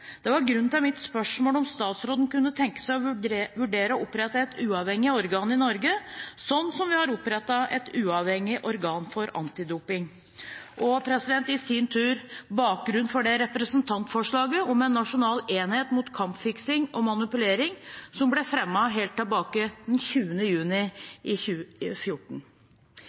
Det var også grunnen til mitt spørsmål om statsråden kunne tenke seg å vurdere å opprette et uavhengig organ i Norge, sånn vi har opprettet et uavhengig organ for antidoping, og i sin tur bakgrunnen for det representantforslaget om en nasjonal enhet mot kampfiksing og manipulering som ble fremmet helt tilbake til 20. juni